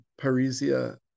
Parisia